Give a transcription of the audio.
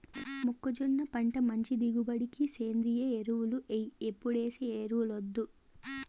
మొక్కజొన్న పంట మంచి దిగుబడికి సేంద్రియ ఎరువులు ఎయ్యి ఎప్పుడేసే ఎరువులొద్దు